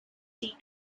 see